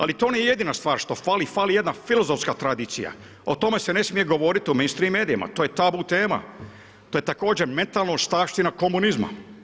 Ali to nije jedina stvar što fali, fali jedna filozofska tradicija, o tome se ne smije govoriti u mainstream medijima, to je tabu tema, to je također mentalna ostavština komunizma.